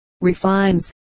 refines